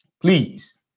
Please